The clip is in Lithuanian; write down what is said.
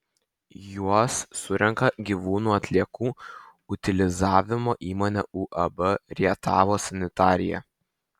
juos surenka gyvūnų atliekų utilizavimo įmonė uab rietavo sanitarija